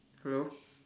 hello